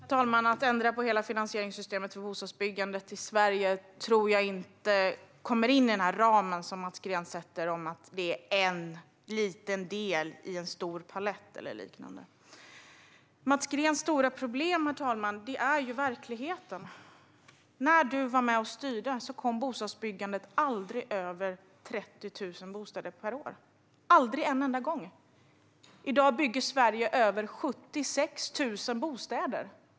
Herr talman! Att ändra på hela finanssystemet för bostadsbyggandet i Sverige tror jag inte kommer in i den ram som Mats Green sätter - att det är en liten del i en stor palett eller liknande. Ditt stora problem, Mats Green, är verkligheten. När du var med och styrde kom bostadsbyggandet aldrig över 30 000 bostäder per år, inte en enda gång. I dag bygger Sverige över 76 000 bostäder.